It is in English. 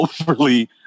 overly